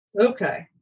Okay